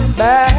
back